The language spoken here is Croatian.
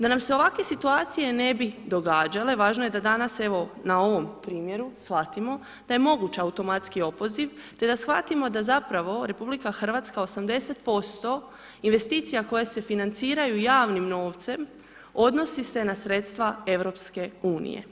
Da nam se ovakve situacije ne bi događale, važno je da danas, evo, na ovom primjeru shvatimo, da je moguć automatski opoziv, te da shvatimo, da zapravo RH, 80% investicija koja se financiraju javnim novcem, odnosi se na sredstva EU.